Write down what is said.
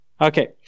Okay